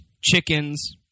chickens